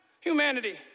humanity